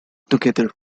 together